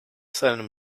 seinem